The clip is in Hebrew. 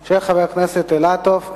של חברי הכנסת אילטוב,